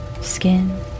skin